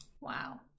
Wow